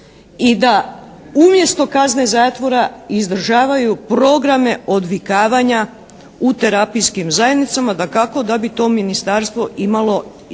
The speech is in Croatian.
i da umjesto kazne zatvora izdržavaju programe odvikavanja u terapijskim zajednicama. Dakako da bi to ministarstvo imalo,